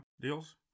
deals